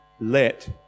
let